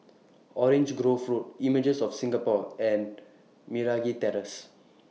Orange Grove Road Images of Singapore and Meragi Terrace